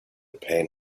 pan